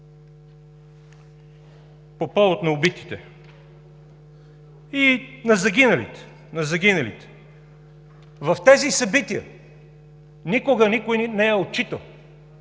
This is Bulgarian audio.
По повод на убитите, на загиналите. В тези събития никога никой не е отчитал